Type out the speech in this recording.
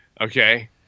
okay